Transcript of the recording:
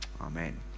Amen